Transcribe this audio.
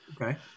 Okay